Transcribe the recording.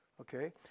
Okay